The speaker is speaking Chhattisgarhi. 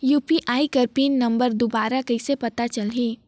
यू.पी.आई के पिन नम्बर दुबारा कइसे पता चलही?